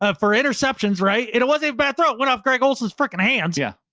ah for interceptions, right? it it wasn't a bad throat. went off, greg olson's fricking hands. yeah.